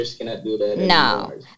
no